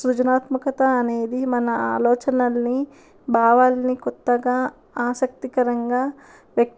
సృజనాత్మకత అనేది మన ఆలోచనలని భావాలని కొత్తగా ఆసక్తికరంగా వ్యక్తి